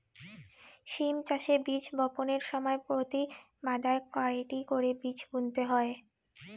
সিম চাষে বীজ বপনের সময় প্রতি মাদায় কয়টি করে বীজ বুনতে হয়?